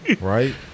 Right